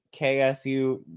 KSU